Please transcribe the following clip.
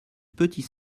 petit